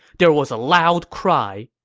there was a loud cry,